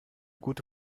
gute